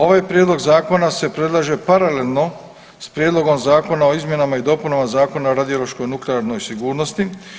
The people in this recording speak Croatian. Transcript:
Ovaj prijedlog zakona se predlaže paralelno s prijedlogom zakona o izmjenama i dopunama Zakona o radiološkoj i nuklearnoj sigurnosti.